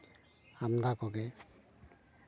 ᱟᱢᱫᱟ ᱠᱚᱜᱮ